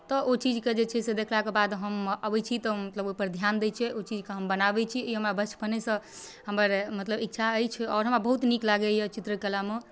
ओ चीजकेँ जे छै से देखलाके बाद हम अबै छी तऽ हम मतलब ओहिपर ध्यान दै छियै ओहि चीजके हम बनाबै छी ई हमरा बचपनेसँ हमर मतलब इच्छा अछि आओर हमरा बहुत नीक लागैए चित्रकलामे